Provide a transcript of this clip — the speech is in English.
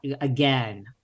again